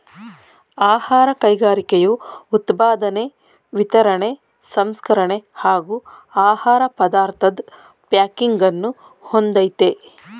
ಆಹಾರ ಕೈಗಾರಿಕೆಯು ಉತ್ಪಾದನೆ ವಿತರಣೆ ಸಂಸ್ಕರಣೆ ಹಾಗೂ ಆಹಾರ ಪದಾರ್ಥದ್ ಪ್ಯಾಕಿಂಗನ್ನು ಹೊಂದಯ್ತೆ